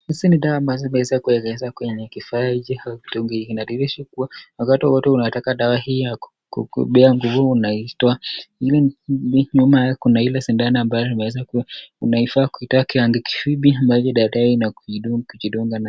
Hizi ni dawa ambazo zimeweza kuezekwa kwenye kifaa hichi ama mtungi hiki, inadhihirisha kuwa wakati wowote unataka dawa hii kukupea nguvu unaiteka ama kuna ile sindsno unafaa kuitaka na kujidunga nayo.